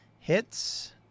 Hits